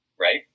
right